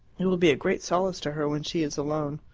it will be a great solace to her when she is alone.